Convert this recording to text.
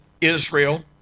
Israel